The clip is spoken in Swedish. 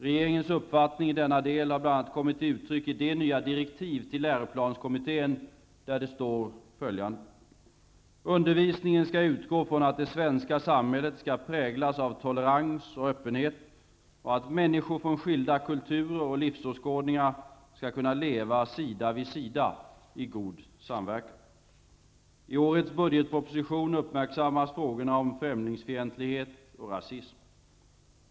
Regeringens uppfattning i denna del har bl.a. kommit till uttryck i de nya direktiven till läroplanskommittén, där det står följande: ''Undervisningen skall utgå från att det svenska samhället skall präglas av tolerans och öppenhet och att människor från skilda kulturer och livsåskådningar skall kunna leva sida vid sida i god samverkan.'' 12) uppmärksammas frågorna om främlingsfientlighet och rasism.